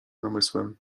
namysłem